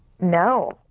No